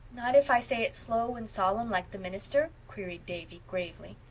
not if i say it slow and solemn, like the minister? queried davy gravely.